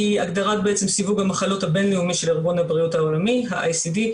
היא הגדרת סיווג המחלות הבינלאומי של ארגון הבריאות העולמי ה- ICD,